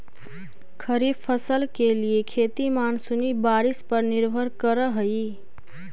खरीफ फसल के लिए खेती मानसूनी बारिश पर निर्भर करअ हई